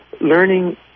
learning